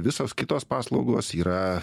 visos kitos paslaugos yra